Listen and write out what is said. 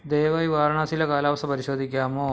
ദയവായി വാരണാസിയിലെ കാലാവസ്ഥ പരിശോധിക്കാമോ